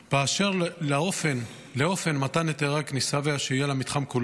באשר לאופן מתן היתרי הכניסה והשהייה למתחם כולו,